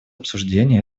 обсуждения